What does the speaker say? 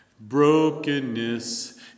Brokenness